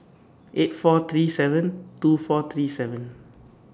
eight four three seven two four three seven